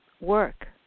work